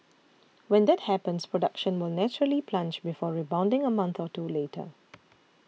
when that happens production will naturally plunge before rebounding a month or two later